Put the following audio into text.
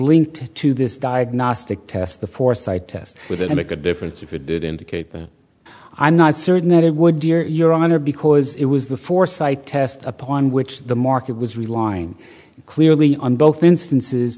linked to this diagnostic test the foresight test with it make a difference if it did indicate that i'm not certain that it would be or your honor because it was the foresight test upon which the market was relying clearly on both instances